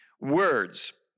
words